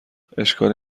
اشکالی